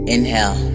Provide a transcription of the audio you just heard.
Inhale